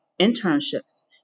internships